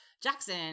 Jackson